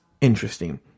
interesting